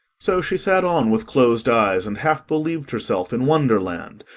so she sat on, with closed eyes, and half believed herself in wonderland,